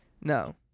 No